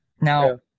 Now